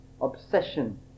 obsession